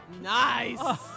Nice